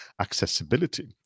accessibility